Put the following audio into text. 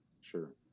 sure